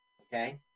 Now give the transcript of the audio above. okay